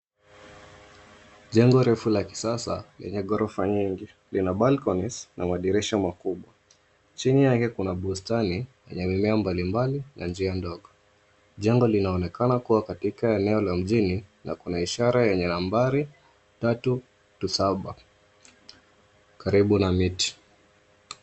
Jengo refu la kisasa lenye ghorofa nyingi lina balconies na madirisha makubwa. Chini yake kuna bustani lenye mimea mbalimbali na njia ndogo. Jengo linaonekana kuwa katika eneo la mjini na kuna ishara yenye nambari tatu to saba karibu na miti.